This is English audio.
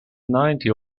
ninety